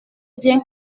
bien